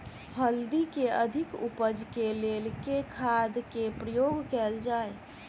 हल्दी केँ अधिक उपज केँ लेल केँ खाद केँ प्रयोग कैल जाय?